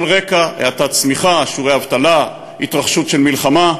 על רקע האטת צמיחה, שיעורי אבטלה, התרחשות מלחמה,